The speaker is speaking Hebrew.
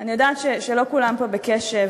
אני יודעת שלא כולם פה בקשב,